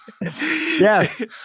Yes